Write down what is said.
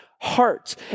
hearts